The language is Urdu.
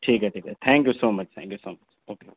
ٹھیک ہے ٹھیک ہے thank you so much thank you so much okay